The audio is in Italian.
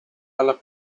alla